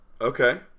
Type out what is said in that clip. Okay